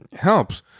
helps